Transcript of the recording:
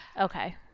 Okay